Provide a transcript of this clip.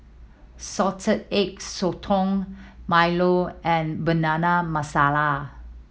Salted Egg Sotong Milo and Banana Masala